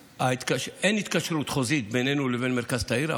אין התקשרות חוזית בינינו לבין מרכז תאיר,